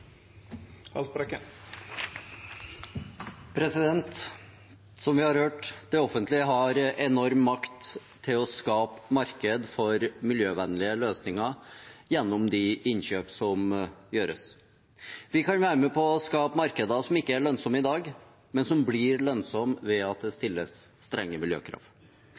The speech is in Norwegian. har hørt: Det offentlige har enorm makt til å skape marked for miljøvennlige løsninger gjennom de innkjøp som gjøres. Vi kan være med på å skape markeder som ikke er lønnsomme i dag, men som blir lønnsomme, ved at det stilles strenge miljøkrav.